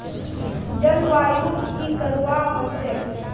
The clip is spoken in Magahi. जलवायु की करवा होचे?